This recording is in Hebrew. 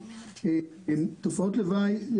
תופעות לוואי,